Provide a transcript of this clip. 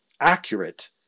accurate